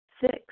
Six